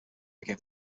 became